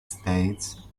states